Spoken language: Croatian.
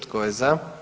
Tko je za?